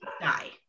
die